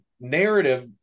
narrative